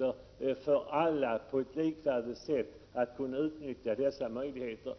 gått mycket mycket långt och gett alla samma möjligheter.